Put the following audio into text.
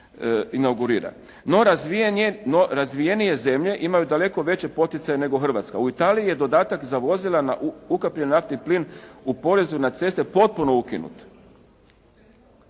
inaugurira. No, razvijenije zemlje imaju daleko veće poticaje nego Hrvatska. U Italiji je dodatak za vozila na ukapljen naftni plin u porezu na ceste potpuno ukinut.